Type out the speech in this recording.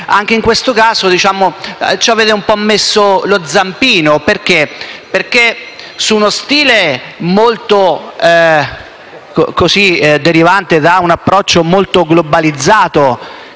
anche in questo caso ci avete un po' messo lo zampino, perché, su uno stile derivante da un approccio molto globalizzato,